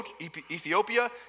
Ethiopia